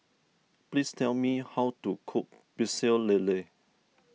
please tell me how to cook Pecel Lele